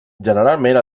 generalment